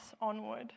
onward